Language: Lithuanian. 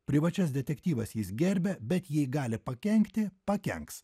privačias detektyves jis gerbia bet jei gali pakenkti pakenks